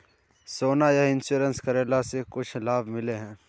सोना यह इंश्योरेंस करेला से कुछ लाभ मिले है?